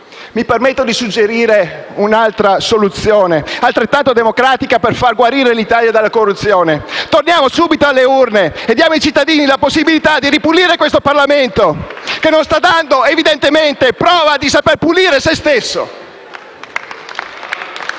mi permetto di suggerire un'altra soluzione, altrettanto democratica, per far guarire l'Italia dalla corruzione: torniamo subito alle urne e diamo ai cittadini la possibilità di ripulire questo Parlamento, che evidentemente non sta dando prova di pulire se stesso! *(Applausi